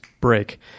Break